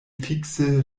fikse